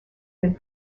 been